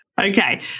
Okay